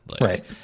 Right